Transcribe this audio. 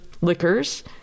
liquors